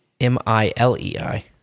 M-I-L-E-I